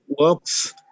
works